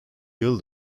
yıl